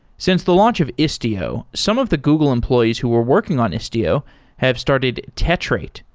since the launch of istio, some of the google employees who were working on istio have started tetrate,